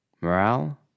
Morale